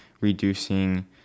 reducing